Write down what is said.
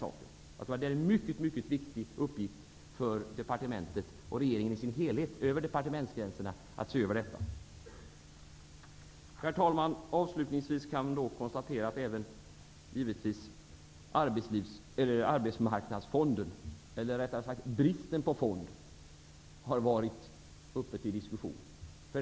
Jag tror att det är en mycket viktig uppgift för departementet och regeringen i dess helhet över departementsgränserna att se över detta. Herr talman! Avslutningsvis kan jag konstatera att arbetsmarknadsfonden, eller rättare sagt bristen på fond, givetvis har varit föremål för diskussion.